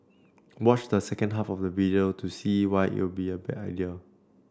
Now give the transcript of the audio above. watch the second half of the video to see why it'll be a bad idea